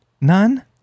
none